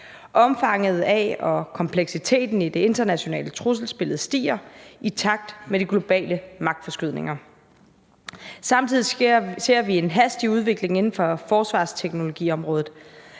Omfanget af og kompleksiteten i det internationale trusselsbillede stiger i takt med de globale magtforskydninger. Samtidig ser vi en hastig udvikling inden for forsvarsteknologiområdet.